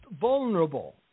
vulnerable